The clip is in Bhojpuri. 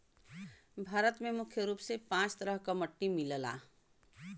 भारत में मुख्य रूप से पांच तरह क मट्टी मिलला